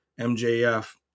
MJF